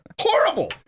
Horrible